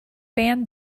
band